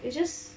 it's just